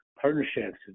partnerships